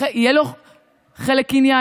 יהיה לו חלק בקניין,